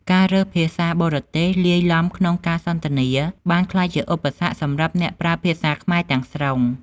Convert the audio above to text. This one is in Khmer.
ការរើសភាសាបរទេសលាយទ្បំក្នុងការសន្ទនាបានក្លាយជាឧបសគ្គសម្រាប់អ្នកប្រើភាសាខ្មែរទាំងស្រុង។